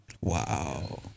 wow